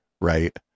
right